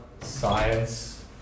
science